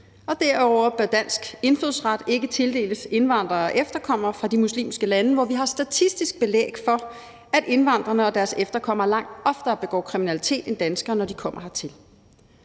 og derudover bør dansk indfødsret ikke tildeles indvandrere og efterkommere fra de muslimske lande, hvor vi har statistisk belæg for, at de langt oftere begår kriminalitet end danskere, når de kommer hertil.